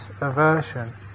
aversion